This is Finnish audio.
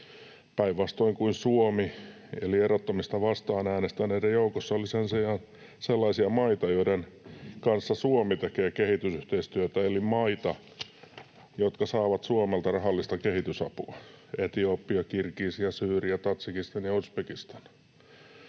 Päinvastoin kuin Suomi — eli erottamista vastaan — äänestäneiden joukossa oli sen sijaan sellaisia maita, joiden kanssa Suomi tekee kehitysyhteistyötä, eli maita, jotka saavat Suomelta rahallista kehitysapua: Eti-opia, Kirgisia, Syyria, Tadžikistan ja Uzbekistan.